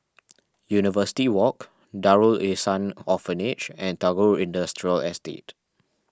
University Walk Darul Ihsan Orphanage and Tagore Industrial Estate